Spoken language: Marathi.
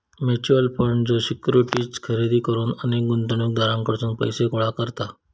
म्युच्युअल फंड ज्यो सिक्युरिटीज खरेदी करुक अनेक गुंतवणूकदारांकडसून पैसो गोळा करता